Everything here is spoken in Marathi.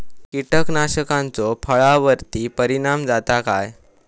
कीटकनाशकाचो फळावर्ती परिणाम जाता काय?